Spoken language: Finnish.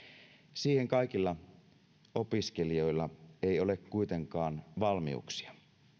siihen kaikilla opiskelijoilla ei ole kuitenkaan valmiuksia